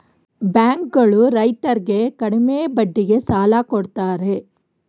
bank ಗಳು ರೈತರರ್ಗೆ ಕಡಿಮೆ ಬಡ್ಡಿಗೆ ಸಾಲ ಕೊಡ್ತಾರೆ